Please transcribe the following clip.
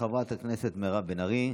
תודה רבה לחברת הכנסת מירב בן ארי.